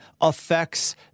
affects